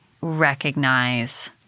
recognize